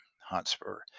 Hotspur